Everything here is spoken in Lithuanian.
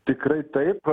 tikrai taip